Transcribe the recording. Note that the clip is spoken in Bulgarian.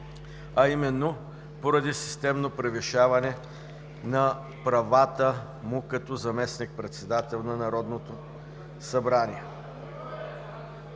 а именно поради системно превишаване на правата му като заместник-председател на Народното събрание.